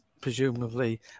presumably